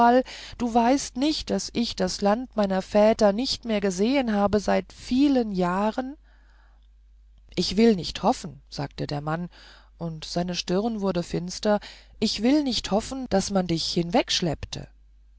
du weißt nicht daß ich das land meiner väter nicht mehr gesehen habe seit vielen jahren ich will nicht hoffen sagte der mann und seine stirne wurde finster ich will nicht hoffen daß man dich